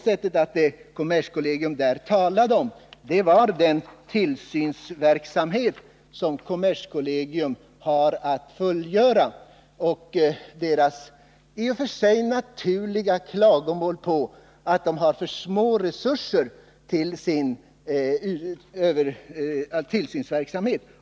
Vad kommerskollegium där talar om är den tillsynsverksamhet som kommerskollegium har att fullgöra. Man framför i och för sig naturliga klagomål på att man har för små resurser för sin tillsynsverksamhet.